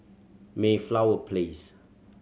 Mayflower Place